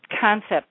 concept